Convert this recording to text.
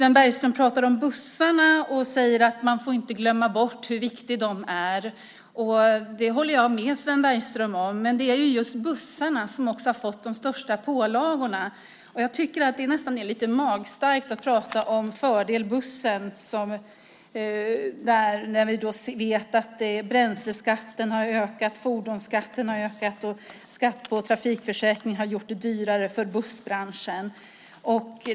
Sven Bergström talar om bussarna och säger att man inte får glömma hur viktiga de är. Det håller jag med om, men det är bussarna som fått de största pålagorna. Jag tycker att det nästan är lite magstarkt att tala om fördel bussen när vi vet att bränsleskatten ökat, fordonsskatten ökat och skatt på trafikförsäkringen gjort det dyrare för bussbranschen.